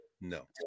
No